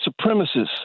supremacists